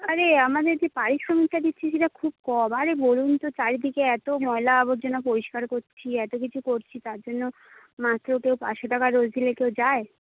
আরে আমাদের যে পারিশ্রমিকটা দিচ্ছে সেটা খুব কম আরে বলুন তো চারিদিকে এত ময়লা আবর্জনা পরিষ্কার করছি এতকিছু করছি তার জন্য মাত্র কেউ পাঁচশো টাকা রোজ দিলে কেউ যায়